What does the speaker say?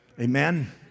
Amen